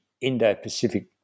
Indo-Pacific